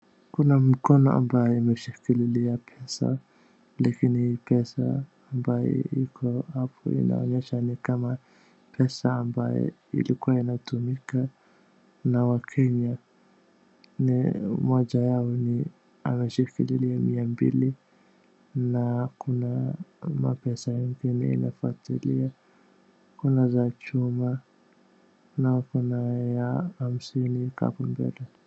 Kuna mkono ambayo imeshikililia pesa lakini hii pesa ambaye iko hapo ni kama pesa ambaye ilikuwa inatumika na wakenya. Moja yao ni ameshikilia mia mbili na kuna pesa ingine inafuatilia. Kuna za chuma na kuna ya hamsini iko hapo mbele.